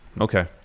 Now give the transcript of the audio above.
Okay